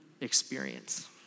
experience